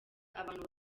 abantu